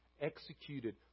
executed